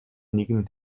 нэгэн